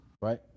right